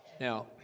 Now